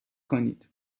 کنید